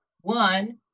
One